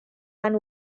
van